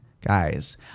guys